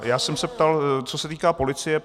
Já jsem se ptal, co se týká policie.